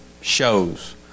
shows